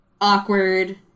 awkward